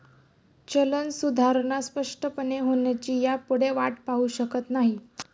चलन सुधारणा स्पष्टपणे होण्याची ह्यापुढे वाट पाहु शकत नाही